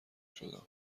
شدم